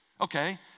Okay